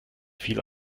viel